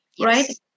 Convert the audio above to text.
Right